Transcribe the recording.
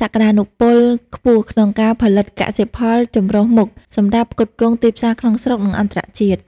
សក្ដានុពលខ្ពស់ក្នុងការផលិតកសិផលចម្រុះមុខសម្រាប់ផ្គត់ផ្គង់ទីផ្សារក្នុងស្រុក និងអន្តរជាតិ។